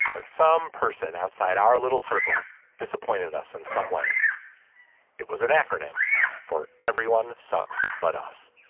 when some person outside our little circle disappointed us in some way it was an acronym for everyone sucks but us